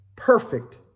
perfect